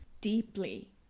deeply